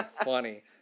funny